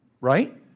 Right